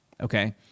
okay